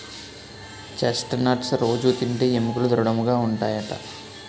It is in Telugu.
చెస్ట్ నట్స్ రొజూ తింటే ఎముకలు దృడముగా ఉంటాయట